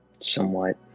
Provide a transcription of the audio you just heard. Somewhat